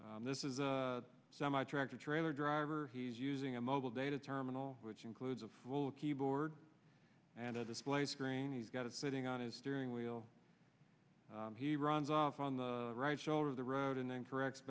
time this is a semi tractor trailer driver he's using a mobile data terminal which includes a full keyboard and a display screen he's got a sitting on his steering wheel he runs off on the right shoulder of the road and then correct